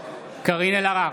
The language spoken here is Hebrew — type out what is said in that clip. קארין אלהרר,